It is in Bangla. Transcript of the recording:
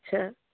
আচ্ছা